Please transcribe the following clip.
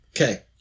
Okay